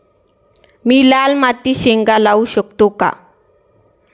मी लाल मातीत शेंगा लावू शकतो का?